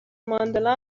ماندلا